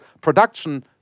production